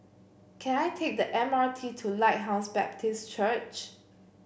can I take the M R T to Lighthouse Baptist Church